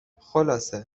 خلاصه